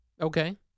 Okay